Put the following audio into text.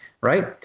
Right